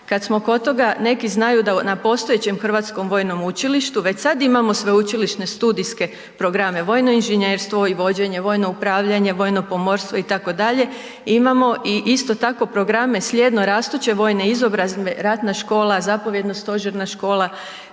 Kad smo kod toga, neki znaju da na postojećem Hrvatskom vojnom učilištu već sad imamo sveučilišne studijske programe, vojno inženjerstvo i vođenje, vojno upravljanje, vojno pomorstvo itd., i imamo isto tako i programe slijedno rastuće vojne izobrazbe ratna škola, zapovjedno stožerna škola,